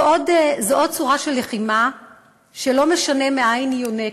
זו עוד צורה של לחימה שלא משנה מאין היא יונקת,